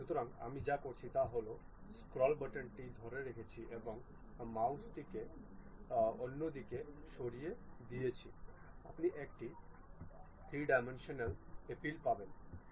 সুতরাং আমি যা করছি তা হল স্ক্রোল বাটনটি ধরে রেখেছি এবং মাউসটিকে অন্য দিকে সরিয়ে দিয়েছি আপনি একটি 3 ডাইমেনশনাল অ্যাপিল পাবেন